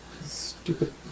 Stupid